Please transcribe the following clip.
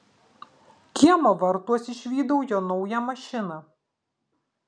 kiemo vartuos išvydau jo naują mašiną